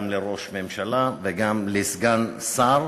גם לראש ממשלה וגם לסגן שר,